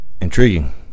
Intriguing